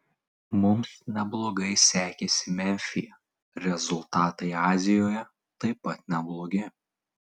mums neblogai sekėsi memfyje rezultatai azijoje taip pat neblogi